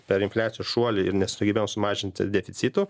per infliacijos šuolį ir nesugebėjom sumažinti deficitų